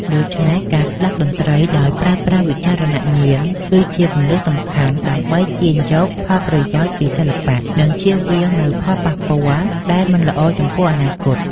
ដូច្នេះ ការស្ដាប់តន្ត្រីដោយប្រើប្រាស់វិចារណញ្ញាណ គឺជាគន្លឹះសំខាន់ដើម្បីទាញយកផលប្រយោជន៍ពីសិល្បៈ និងជៀសវាងនូវផលប៉ះពាល់ដែលមិនល្អចំពោះអនាគត។